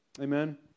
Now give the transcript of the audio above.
Amen